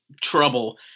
trouble